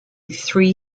three